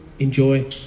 Enjoy